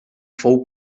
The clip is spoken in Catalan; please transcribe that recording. fou